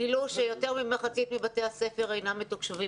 גילו שיותר ממחצית מבתי הספר אינם מתוקצבים,